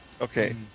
Okay